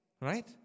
right